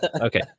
Okay